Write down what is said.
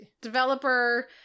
Developer